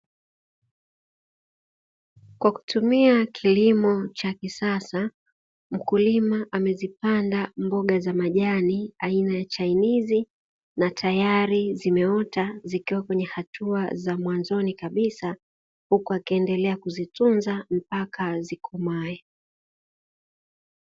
Kwa kutumia kilimo cha kisasa, mkulima amezipanda mboga za majani aina ya chainizi na tayari zimeota zikiwa katika hatua za mwanzoni kabisa, huku akiendelea kuzitunza mpaka zikomae.